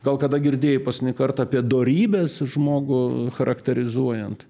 gal kada girdėjai paskutinį kartą kartą apie dorybes žmogų charakterizuojant